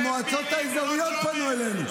המועצות האזוריות פנו אלינו.